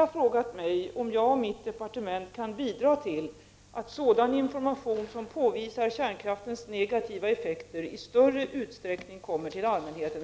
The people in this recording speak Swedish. Det pågår som bekant en ytterst intensiv debatt om kärnkraften i Sverige. Trots detta tycks massmedia inte vara särskilt angelägna om att informera allmänheten